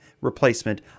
replacement